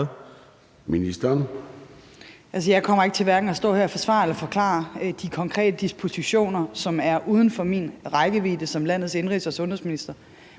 jeg kommer hverken til at stå her og forsvare eller forklare de konkrete dispositioner, som er uden for min rækkevidde som landets indenrigs- og sundhedsminister.